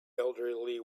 elderly